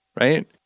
right